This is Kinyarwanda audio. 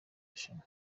rushanwa